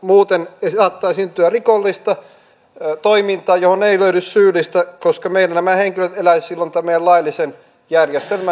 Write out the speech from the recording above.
muuten saattaa syntyä rikollista toimintaa johon ei löydy syyllistä koska meillä nämä henkilöt eläisivät silloin tämän meidän laillisen järjestelmän ulkopuolella